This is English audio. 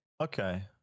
Okay